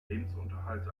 lebensunterhalt